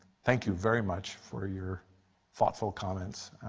thank you very much for your thoughtful comments.